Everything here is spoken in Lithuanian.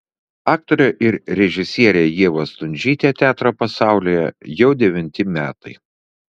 aktorė ir režisierė ieva stundžytė teatro pasaulyje jau devinti metai